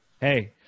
Hey